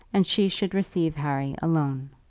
and she should receive harry alone.